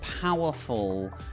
powerful